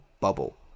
bubble